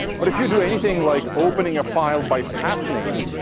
but if you do anything like opening a file by path name,